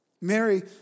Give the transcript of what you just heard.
Mary